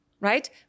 Right